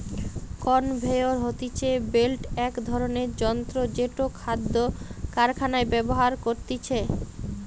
conveyor হতিছে belt এক ধরণের যন্ত্র জেটো খাদ্য কারখানায় ব্যবহার করতিছে